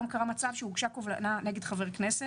לא קרה מצב שהוגשה קובלנה נגד חבר כנסת,